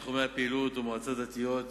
תחומי הפעילות הם מועצות דתיות,